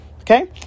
Okay